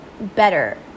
better